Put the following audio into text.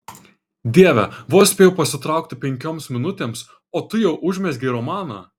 dieve vos spėjau pasitraukti penkioms minutėms o tu jau užmezgei romaną